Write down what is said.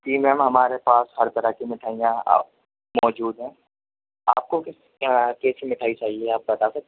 جی ma'am ہمارے پاس ہر طرح کی مٹھائیاں موجود ہیں آپ کو کس کیسی مٹھائی چاہیے آپ بتا سکتے ہیں